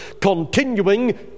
continuing